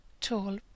tall